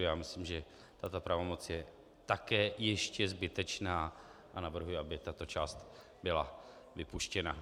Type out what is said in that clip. Já myslím, že tato pravomoc je také ještě zbytečná, a navrhuji, aby tato část byla vypuštěna.